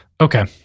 Okay